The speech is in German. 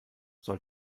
soll